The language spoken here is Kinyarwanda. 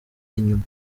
inyuma